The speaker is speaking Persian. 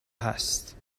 هست